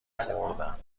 خوردن